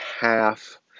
half